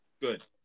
Good